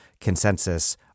consensus